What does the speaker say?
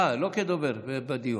אה, לא כדובר בדיון.